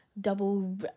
double